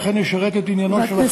וכן ישרת את עניינו של החייב באמצעות,